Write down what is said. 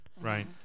Right